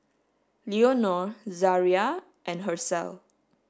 Leonore Zaria and Hershell